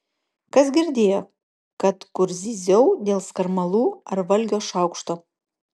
kas girdėjo kad kur zyziau dėl skarmalų ar valgio šaukšto